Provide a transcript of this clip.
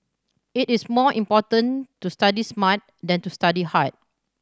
it is more important to study smart than to study hard